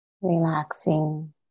Relaxing